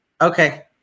okay